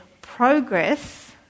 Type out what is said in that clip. progress